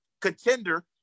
contender